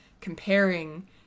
comparing